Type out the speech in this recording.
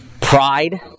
pride